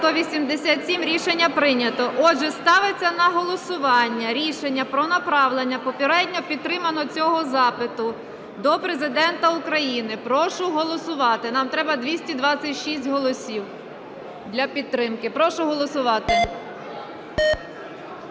За-187 Рішення прийнято. Отже, ставиться на голосування рішення про направлення попередньо підтриманого цього запиту до Президента України. Прошу голосувати. Нам треба 226 голосів для підтримки. Прошу голосувати.